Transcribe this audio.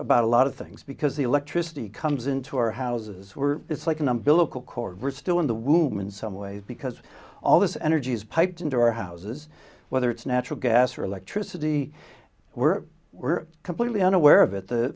about a lot of things because the electricity comes into our houses were it's like an umbilical cord we're still in the womb in some ways because all this energy is piped into our houses whether it's natural gas or electricity we're we're completely unaware of it the